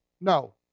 No